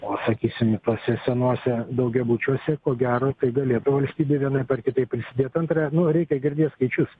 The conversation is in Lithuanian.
o sakysim ir tuose senuose daugiabučiuose ko gero tai galėtų valstybė vienaip ar kitaip prisidėt antra nu reikia girdėt skaičius